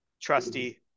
trusty